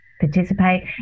participate